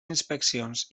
inspeccions